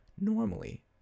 normally